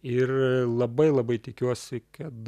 ir labai labai tikiuosi kad